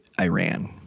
Iran